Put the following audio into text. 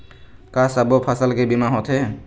का सब्बो फसल के बीमा होथे?